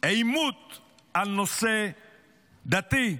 עימות על נושא דתי,